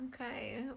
Okay